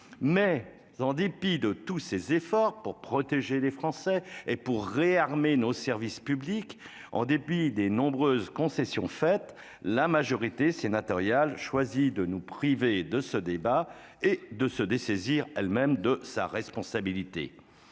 En dépit de tous ces efforts pour protéger les Français et réarmer nos services publics, en dépit des nombreuses concessions faites, la majorité sénatoriale choisit de nous priver de ce débat ... Oh !... et de se dessaisir elle-même de sa responsabilité.